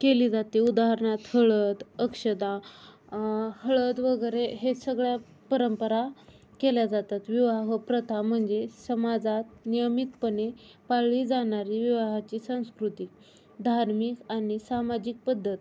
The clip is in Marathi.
केली जाते उदाहरणार्थ हळद अक्षता हळद वगैरे हे सगळ्या परंपरा केल्या जातात विवाहप्रथा म्हणजे समाजात नियमितपणे पाळली जाणारी विवाहाची संस्कृती धार्मिक आणि सामाजिक पद्धत